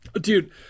Dude